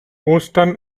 ostern